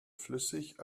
flüssig